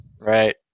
Right